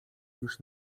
już